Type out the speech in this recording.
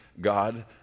God